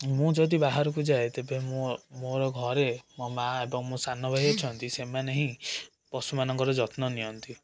ମୁଁ ଯଦି ବାହାରକୁ ଯାଏ ତେବେ ମୁଁ ମୋର ଘରେ ମୋ ମାଁ ଏବଂ ମୋ ସାନ ଭାଇ ଅଛନ୍ତି ସେମାନେ ହିଁ ପଶୁମାନଙ୍କର ଯତ୍ନ ନିଅନ୍ତି